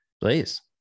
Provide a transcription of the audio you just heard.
Please